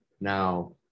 Now